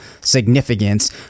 significance